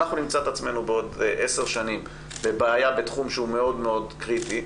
אנחנו נמצא את עצמנו בעוד עשר שנים בבעיה בתחום שהוא מאוד קריטי,